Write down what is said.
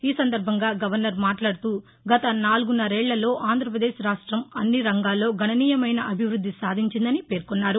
ఈ సందర్భంగా గవర్నర్ మాట్లాడుతూగత నాలుగున్నరేళ్ళలో ఆంధ్రప్రదేశ్ రాష్ట్ం అన్ని రంగాల్లో గణనీయమైన అభివృద్ది సాధించిందని పేర్కొన్నారు